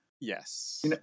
Yes